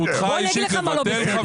בוא אני אגיד לך מה לא בסדר.